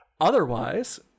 Otherwise